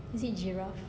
is it giraffe